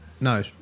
no